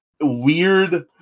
weird